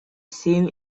seen